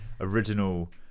original